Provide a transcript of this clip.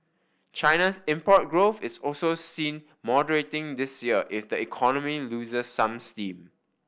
China's import growth is also seen moderating this year if the economy loses some steam